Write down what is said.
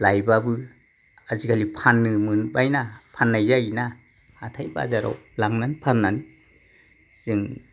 लाइबाबो आजिखालि फान्नो मोनबाय ना फाननाय जायो ना हाथाइ बाजाराआव लांनानै फाननानै जों